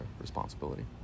responsibility